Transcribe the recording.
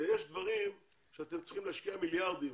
יש דברים שאתם צריכים להשקיע מיליארדים,